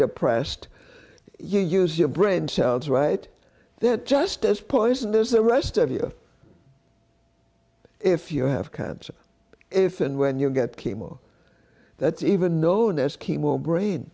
depressed you use your brain cells right there just as poisonous the rest of you if you have cancer if and when you get chemo that's even known as chemo brain